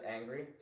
angry